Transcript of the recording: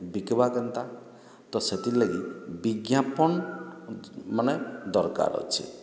ବିକ୍ବା କେନ୍ତା ତ ସେଥିର୍ ଲାଗି ବିଜ୍ଞାପନ୍ ମାନେ ଦରକାର୍ ଅଛି